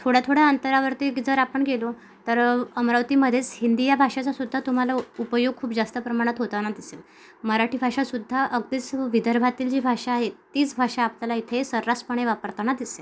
थोड्या थोड्या अंतरावरती की जर आपण गेलो तर अमरावतीमधेच हिंदी या भाषेचंसुद्धा तुम्हाला उपयोग खूप जास्त प्रमाणात होताना दिसेल मराठी भाषासुद्धा अगदीच विदर्भातील जी भाषा आहे तीच भाषा आपल्याला इथे सर्रासपणे वापरताना दिसेल